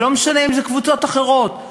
לא משנה אם זה קבוצות אחרות,